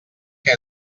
que